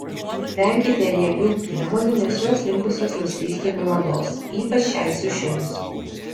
venkite riebių priemonių nes jos linkusios nuslysti nuo odos ypač šiai sušilus